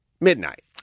midnight